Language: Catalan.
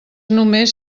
només